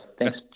Thanks